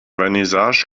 vernissage